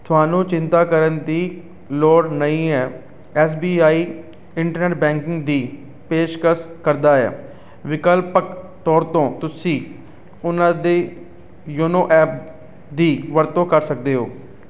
ਤੁਹਾਨੂੰ ਚਿੰਤਾ ਕਰਨ ਦੀ ਲੋੜ ਨਹੀਂ ਹੈ S B I internet banking ਦੀ ਪੇਸ਼ਕਸ਼ ਕਰਦਾ ਹੈ ਵਿਕਲਪਕ ਤੌਰ ਤੋਂ ਤੁਸੀਂ ਉਨ੍ਹਾਂ ਦੇ ਯੋਨੋ ਐਪ ਦੀ ਵਰਤੋਂ ਕਰ ਸਕਦੇ ਹੋ